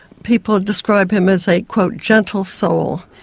people describe him as a gentle soul.